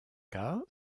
cas